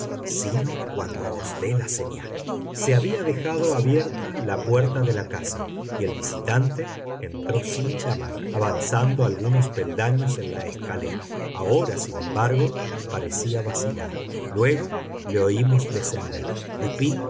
sino cuando os dé la señal se había dejado abierta la puerta de la casa y el visitante entró sin llamar avanzando algunos peldaños en la escalera ahora sin embargo parecía vacilar luego le oímos descender dupín